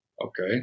Okay